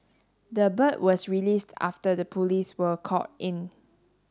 the bird was released after the police were called in